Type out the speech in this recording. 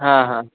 हां हां